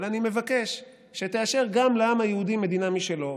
אבל אני מבקש שתאשר גם לעם היהודי מדינה משלו,